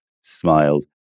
smiled